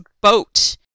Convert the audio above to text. boat